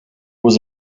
was